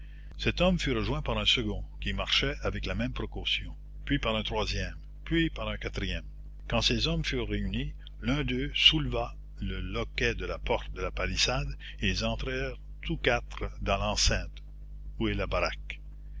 cet homme fût rejoint par un second qui marchait avec la même précaution puis par un troisième puis par un quatrième quand ces hommes furent réunis l'un d'eux souleva le loquet de la porte de la palissade et ils entrèrent tous quatre dans l'enceinte où est la baraque